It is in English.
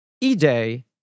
e-day